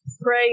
pray